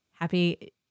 Happy